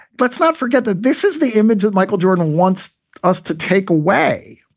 let's not forget that this is the image that michael jordan wants us to take away,